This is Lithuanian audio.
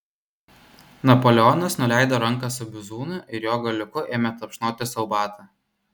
napoleonas nuleido ranką su bizūnu ir jo galiuku ėmė tapšnoti sau batą